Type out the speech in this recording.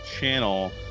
channel